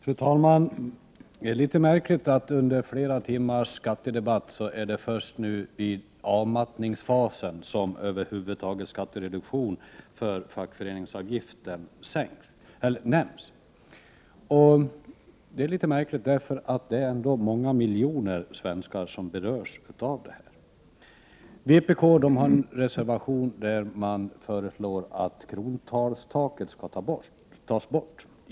Fru talman! Det är litet märkligt att under flera timmars skattedebatt är det först nu vid avmattningsfasen som skattereduktion för fackföreningsavgiften över huvud taget nämns. Det är litet märkligt eftersom det är många miljoner svenskar som berörs av detta. Vpk har en reservation där man föreslår att krontalstaket skall tas bort.